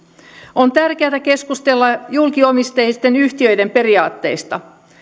on tärkeätä keskustella julkisomisteisten yhtiöiden periaatteista